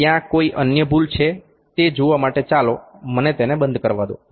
ત્યાં કોઈ અન્ય ભૂલ છે તે જોવા માટે ચાલો મને તેને બંધ કરવા દો